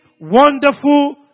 wonderful